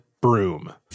broom